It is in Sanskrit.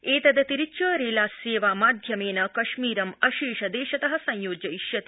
एतदतिरिब्य रेल सेवामाध्यमेन कश्मीरम् अशेषदेशत संयोजयिष्यते